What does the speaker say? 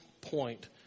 point